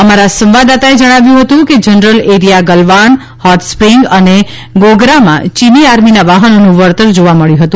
અમારા સંવાદદાતાએ જણાવ્યું હતું કે જનરલ એરિયા ગલવાન હોટસ્પ્રિંગ અને ગોગરામાં ચીની આર્મીના વાહનોનું વળતર જોવા મબ્યું હતું